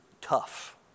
tough